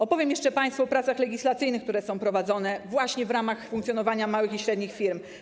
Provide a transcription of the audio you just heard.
Opowiem państwu jeszcze o pracach legislacyjnych, które są prowadzone, właśnie w ramach funkcjonowania małych i średnich firm.